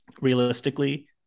realistically